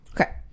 Okay